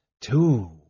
Two